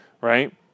Right